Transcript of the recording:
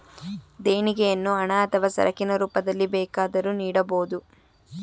ದೇಣಿಗೆಯನ್ನು ಹಣ ಅಥವಾ ಸರಕಿನ ರೂಪದಲ್ಲಿ ಬೇಕಾದರೂ ನೀಡಬೋದು